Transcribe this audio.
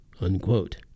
unquote